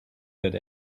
that